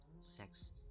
Sex